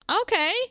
Okay